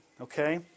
Okay